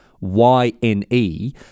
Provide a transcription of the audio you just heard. Y-N-E